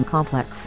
Complex